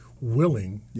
willing